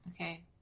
Okay